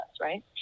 right